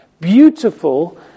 beautiful